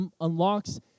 unlocks